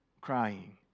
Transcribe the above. crying